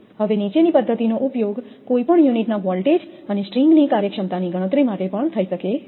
હવે નીચેની પદ્ધતિનો ઉપયોગ કોઈપણ યુનિટના વોલ્ટેજ અને સ્ટ્રિંગની કાર્યક્ષમતાની ગણતરી માટે પણ થઈ શકે છે